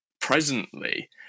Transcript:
presently